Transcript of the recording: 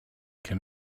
can